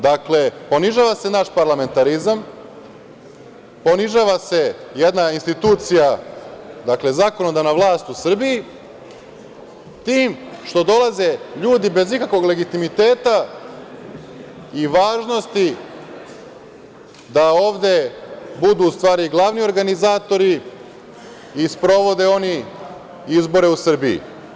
Dakle, ponižava se naš parlamentarizam, ponižava se jedna institucija, zakonodavna vlast u Srbiji, tim što dolaze ljudi bez ikakvog legitimiteta i važnosti da ovde budu glavni organizatori i sprovode oni izbore u Srbiji.